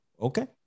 okay